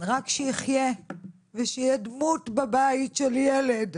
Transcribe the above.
רק שיחייה ויהיה דמות של ילד בבית,